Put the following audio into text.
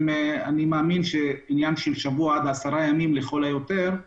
אני מאמין שזה עניין של שבוע עד עשרה ימים לכל היותר.